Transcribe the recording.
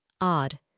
Odd